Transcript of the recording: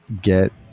Get